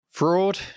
fraud